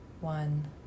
One